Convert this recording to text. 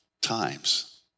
times